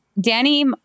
Danny